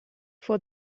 for